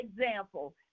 example